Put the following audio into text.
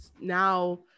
now